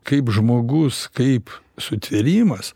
kaip žmogus kaip sutvėrimas